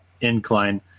Incline